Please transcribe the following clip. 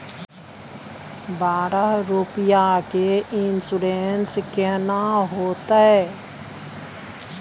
बारह रुपिया के इन्सुरेंस केना होतै?